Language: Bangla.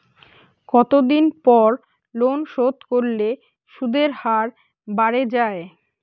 কতদিন পর লোন শোধ করলে সুদের হার বাড়ে য়ায়?